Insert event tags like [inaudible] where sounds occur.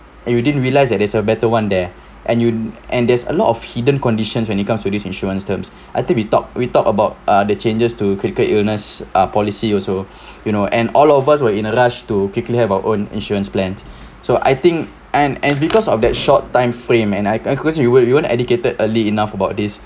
you didn't realise that there's a better one there and you and there's a lot of hidden conditions when it comes to this insurance terms I think we talk we talk about uh the changes to critical illness uh policy also [breath] you know and all of us were in a rush to quickly have our own insurance plans [breath] so I think and and because of that short time frame and I I cause you will you weren't educated early enough about this